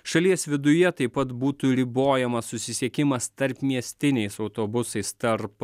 šalies viduje taip pat būtų ribojamas susisiekimas tarpmiestiniais autobusais tarp